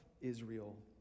Israel